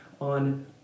on